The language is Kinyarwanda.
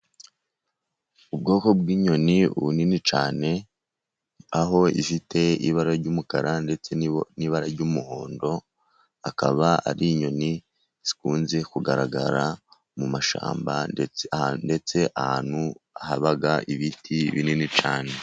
Ubwoko bw'inyoni bunini cyane aho bufite ibara ry'umukara ndetse n'ibara ry'umuhondo akaba ari inyoni zikunze kugaragara mu mashyamba ndetse n'ahantu haba ibiti binini cyane.